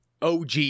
og